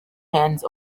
hands